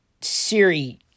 Siri